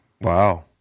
Wow